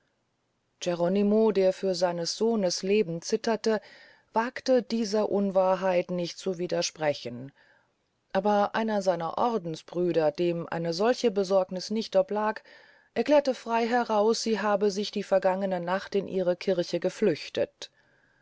geronimo der für seines sohnes leben zitterte wagte dieser unwahrheit nicht zu widersprechen aber einer seiner ordensbrüder dem eine solche besorgniß nicht oblag erklärte frei heraus sie habe sich die vergangene nacht in ihre kirche geflüchtet